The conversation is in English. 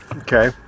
Okay